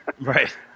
Right